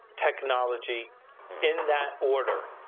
technology in that order.